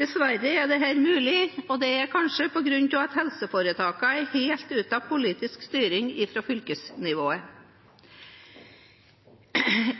Dessverre er dette mulig, og det er kanskje på grunn av at helseforetakene er helt uten politisk styring fra fylkesnivået.